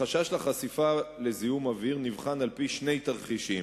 החשש לחשיפה לזיהום אוויר נבחן על-פי שני תרחישים: